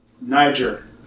Niger